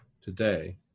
today